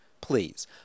Please